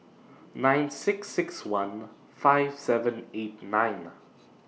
nine six six one five seven eight nine